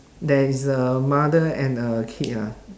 there is a mother and a kid ah